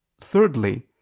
Thirdly